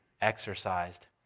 exercised